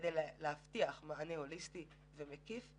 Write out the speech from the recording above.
כדי להבטיח מענה הוליסטי ומקיף,